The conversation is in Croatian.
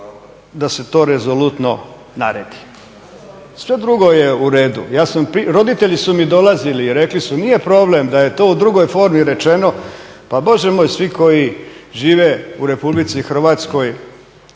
da se to rezolutno naredi. Sve drugo je u redu. Roditelji su mi dolazili, rekli su nije problem da je to u drugoj formi rečeno pa bože moj. Svi koji žive u Republici Hrvatskoj,